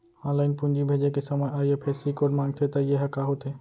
Online पूंजी भेजे के समय आई.एफ.एस.सी कोड माँगथे त ये ह का होथे?